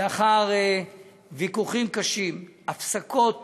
לאחר ויכוחים קשים, הפסקות